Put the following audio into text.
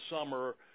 summer